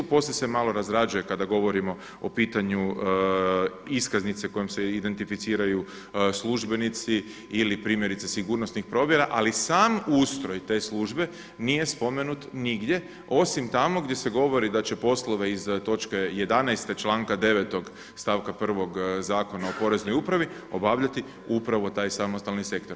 Poslije se malo razrađuje kada govorimo o pitanju iskaznice kojom se identificiraju službenici ili primjerice sigurnosnih provjera, ali sam ustroj te službe nije spomenut nigdje osim tamo gdje se govori da će poslove iz točke 11. članka 9. stavka 1. Zakona o poreznoj upravi obavljati upravo taj samostalni sektor.